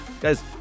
Guys